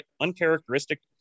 uncharacteristic